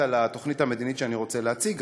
על התוכנית המדינית שאני רוצה להציג.